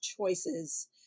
choices